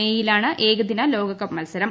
മേയിലാണ് ഏകദീന ലോകകപ്പ് മത്സരം